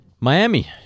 Miami